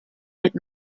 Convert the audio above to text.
with